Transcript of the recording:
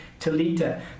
Talita